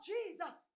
Jesus